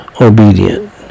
obedient